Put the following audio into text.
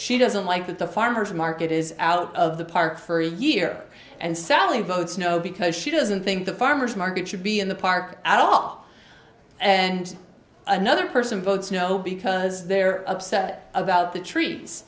she doesn't like that the farmer's market is out of the park for a year and sally votes no because she doesn't think the farmer's market should be in the park at all and another person votes no because they're upset about the